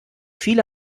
viele